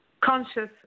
conscious